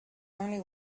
only